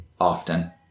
often